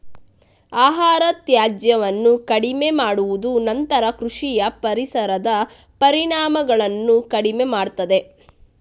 ಆಹಾರ ತ್ಯಾಜ್ಯವನ್ನು ಕಡಿಮೆ ಮಾಡುವುದು ನಂತರ ಕೃಷಿಯ ಪರಿಸರದ ಪರಿಣಾಮಗಳನ್ನು ಕಡಿಮೆ ಮಾಡುತ್ತದೆ